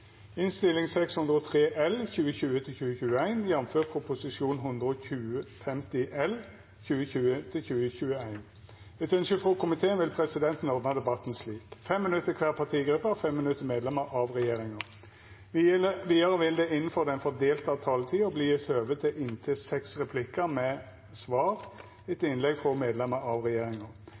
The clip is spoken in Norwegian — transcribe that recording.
innstilling. Fleire har ikkje bedt om ordet til sak nr. 5. Etter ynske frå komiteen vil presidenten ordna debatten slik: 3 minutt til kvar partigruppe og 3 minutt til medlemmer av regjeringa. Vidare vil det – innanfor den fordelte taletida – verta gjeve høve til inntil fem replikkar med svar etter innlegg frå medlemmer av regjeringa,